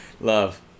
love